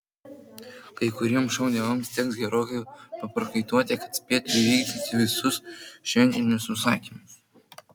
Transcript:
kai kuriems šou dievams teks gerokai paprakaituoti kad spėtų įvykdyti visus šventinius užsakymus